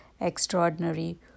extraordinary